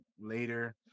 later